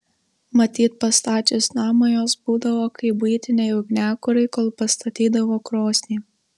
matyt pastačius namą jos būdavo kaip buitiniai ugniakurai kol pastatydavo krosnį